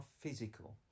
physical